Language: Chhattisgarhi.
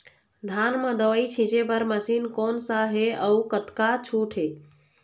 धान म दवई छींचे बर मशीन कोन सा हे अउ कतका छूट हे?